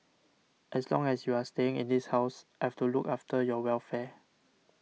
as long as you are staying in this house I've to look after your welfare